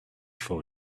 for